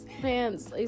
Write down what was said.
Pants